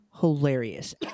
hilarious